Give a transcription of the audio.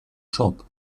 shop